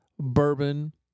bourbon